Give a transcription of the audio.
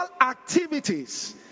activities